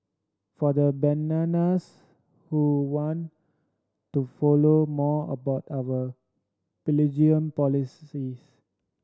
for the bananas who want to follow more about our bilingualism policies